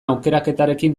aukeraketarekin